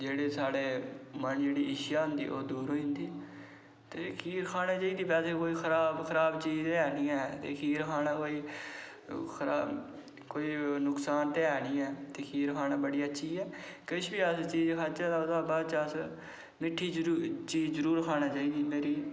जेह्ड़े साढ़े मन दी इच्छा होंदी ओह् दूर होई जंदी ते खीर खाना चाहिदी कोई खराब चीज़ ते निं ऐ खराब ते कोई नुकसान ते ऐ निं ऐ ते खीर खाना बड़ी अच्छी ऐ ते कोई चीज़ खानै दे बाद असें मिट्ठी चीज़ जरूर खाना चाहिदी असें